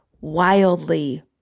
wildly